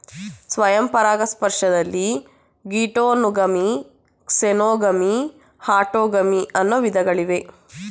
ಸ್ವಯಂ ಪರಾಗಸ್ಪರ್ಶದಲ್ಲಿ geitonogamy, xenogamy, autogamy ಅನ್ನೂ ವಿಧಗಳಿವೆ